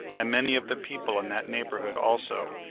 and many of the people in that neighborhood also,